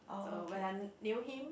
the when I knew him